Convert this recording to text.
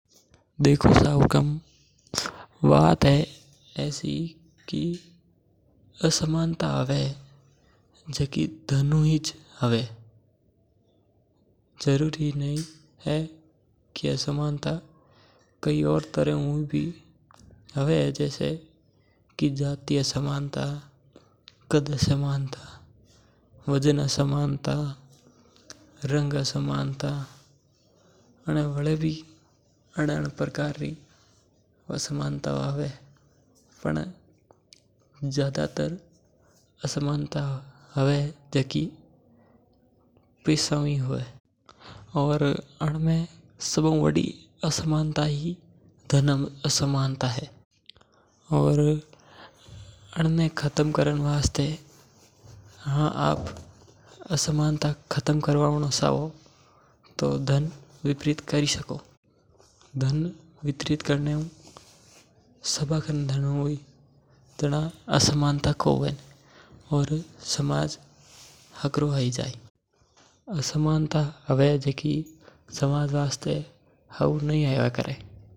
देखो सा हुक्म वात ह ऐडी की असमानता हुवे जीकी धन हु हुया करे। जरूरी नी ह की असमानता कई तरह हु भी हु सके जैसे जाति असमानता कद असमानता रंग असमानता वगेरा। पर ज्यादातर असमानता हवे जीकी पैसा हु ही हवे और अगर आप अन्ने खतम करनो चावो तो धन वितरित करी सको।